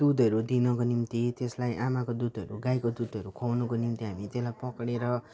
दुधहरू दिनको निम्ति त्यसलाई आमाको दुधहरू गाईको दुधहरू खुवाउनको निम्ति हामी त्यसलाई पक्रिएर